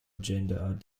gender